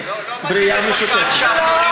לא מתאים לשחקן שח,